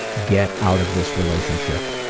get out of this relationship.